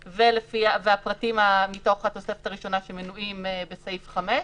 והפרטים מתוך התוספת הראשונה שמנויים בסעיף 5,